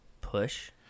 Push